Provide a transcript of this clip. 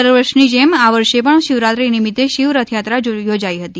રાજકોટમાં દરવર્ષની જેમ આ વર્ષે પણ શિવરાત્રી નિમિત્તે શિવ રથયાત્રા યોજાઈ હતી